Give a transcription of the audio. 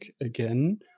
again